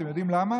אתם יודעים למה?